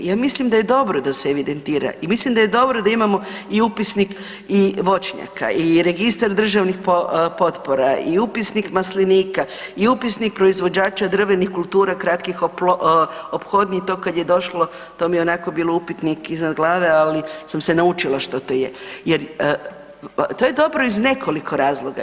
Ja mislim da je dobro da se evidentira i mislim da je dobro da imamo i upisnik i voćnjaka i registar državnih potpora i upisnik maslinika i upisnik proizvođača drvenih kultura kratkih ophodnji, to kad je došlo, to mi je onako bilo upitnik iznad glave, ali sam se naučila što to je, jer to je dobro iz nekoliko razloga.